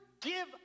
give